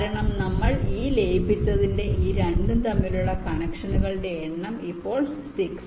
കാരണം നമ്മൾ ഈ 2 ലയിപ്പിച്ചതിനാൽ ഈ രണ്ടും തമ്മിലുള്ള കണക്ഷനുകളുടെ എണ്ണം ഇപ്പോൾ 6